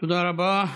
תודה רבה.